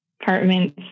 apartments